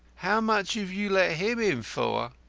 how much have you let him in for?